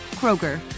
Kroger